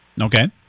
Okay